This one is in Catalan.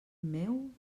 meu